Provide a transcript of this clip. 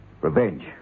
Revenge